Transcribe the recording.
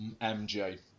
MJ